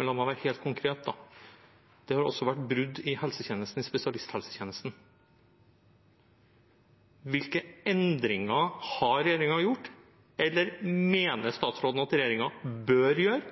Men la meg være helt konkret, da: Det har også vært brudd i helsetjenesten, i spesialisthelsetjenesten. Hvilke endringer har regjeringen gjort, eller mener statsråden at regjeringen bør gjøre,